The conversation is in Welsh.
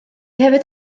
hefyd